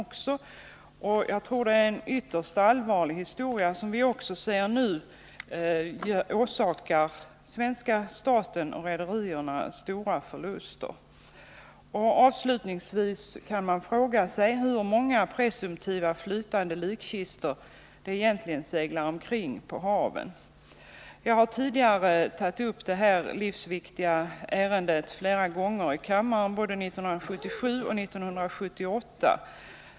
Detta är ett ytterst allvarligt problem. Och vi kan nu se att det också åsamkar svenska staten och rederierna stora förluster. Avslutningsvis kan man fråga sig hur många presumtiva flytande likkistor det egentligen seglar omkring på haven. Jag har tidigare flera gånger tagit upp detta livsviktiga ärende i kammaren, både 1977 och 1978.